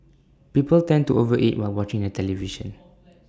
people tend to over eat while watching the television